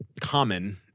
common